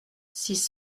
six